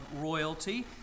royalty